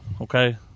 okay